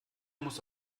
muss